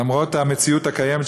למרות המציאות הקיימת,